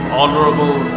honorable